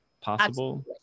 possible